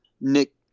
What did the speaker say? Nick